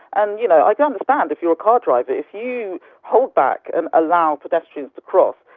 and you know i can understand if you're a car driver, if you hold back and allow pedestrians to cross,